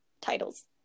titles